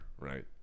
right